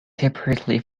separately